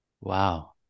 Wow